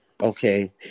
Okay